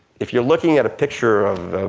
if you're looking at a picture of